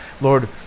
Lord